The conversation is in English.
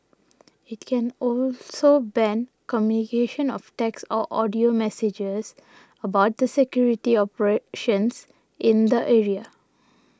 it can also ban communication of text or audio messages about the security operations in the area